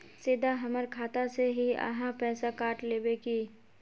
सीधा हमर खाता से ही आहाँ पैसा काट लेबे की?